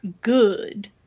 good